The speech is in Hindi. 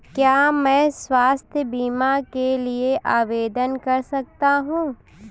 क्या मैं स्वास्थ्य बीमा के लिए आवेदन कर सकता हूँ?